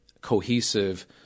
Cohesive